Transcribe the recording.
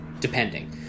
depending